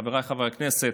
חבריי חברי הכנסת,